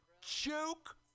Joke